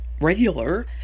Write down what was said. regular